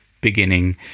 beginning